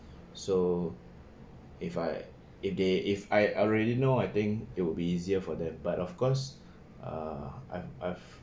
so if I if they if I I already know I think it would be easier for them but of course uh I I've